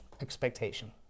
expectation